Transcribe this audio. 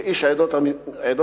וכאיש עדות המזרח,